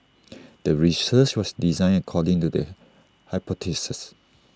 the research was designed according to the hypothesis